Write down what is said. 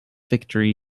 victory